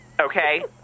okay